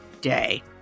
day